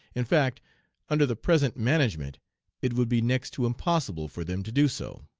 in fact under the present management it would be next to impossible for them to do so.